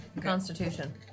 Constitution